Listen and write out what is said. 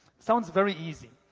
sounds very easy.